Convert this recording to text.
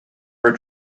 for